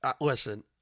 listen